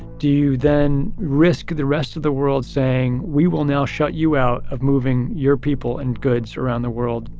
do you then risk the rest of the world saying we will now shut you out of moving your people and goods around the world?